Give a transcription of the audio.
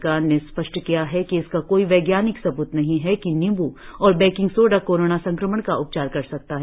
सरकार ने स्पष्ट किया है कि इसका कोई वैज्ञानिक सबूत नहीं है कि नीम्बू और बेकिंग सोडा कोरोना संक्रमण का उपचार कर सकता है